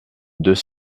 deux